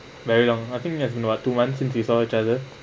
very long I think has been about two months since we saw each other